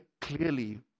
clearly